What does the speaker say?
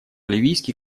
ливийский